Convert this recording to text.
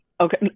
Okay